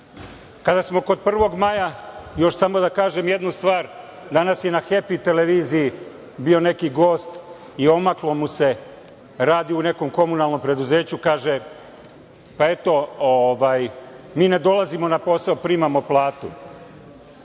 nas. Kada smo kod 1. maja, još samo da kažem jednu stvar, danas je na „Hepi“ televiziji bio neki gost i omaklo mu se, radi u neko komunalnom preduzeću, kaže - pa eto, mi ne dolazimo na posao, primamo platu.